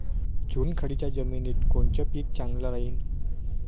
चुनखडीच्या जमिनीत कोनचं पीक चांगलं राहीन?